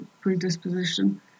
predisposition